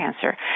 cancer